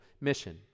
mission